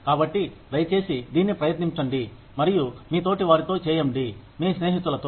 కాబట్టి దయచేసి దీన్ని ప్రయత్నించండి మరియు మీ తోటి వారితో చేయండి మీ స్నేహితులతో